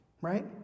right